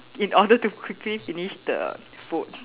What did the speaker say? in order to quickly finish the food